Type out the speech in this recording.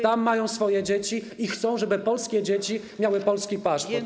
Tam mają swoje dzieci i chcą, żeby polskie dzieci miały polski paszport.